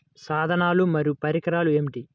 సాధనాలు మరియు పరికరాలు ఏమిటీ?